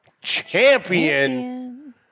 champion